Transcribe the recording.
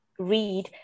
read